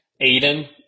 Aiden